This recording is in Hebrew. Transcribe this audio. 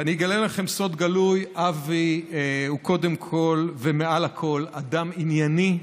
ואגלה לכם סוד גלוי: אבי הוא קודם כול ומעל הכול אדם ענייני.